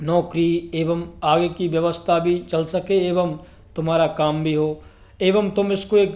नौकरी एवं आगे की व्यवस्था भी चल सके एवं तूम्हारा काम भी हो एवं तुम इसको एक